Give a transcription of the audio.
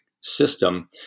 system